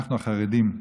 אנחנו, החרדים,